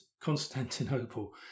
Constantinople